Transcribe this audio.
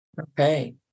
Okay